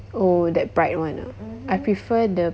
oh that bright one ah I prefer the